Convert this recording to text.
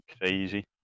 crazy